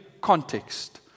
context